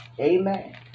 Amen